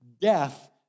death